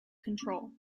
control